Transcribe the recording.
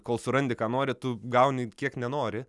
kol surandi ką nori tu gauni kiek nenori